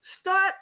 Start